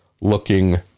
looking